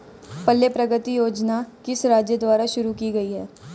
पल्ले प्रगति योजना किस राज्य द्वारा शुरू की गई है?